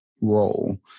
role